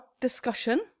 discussion